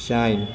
shine